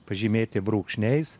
pažymėti brūkšniais